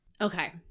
Okay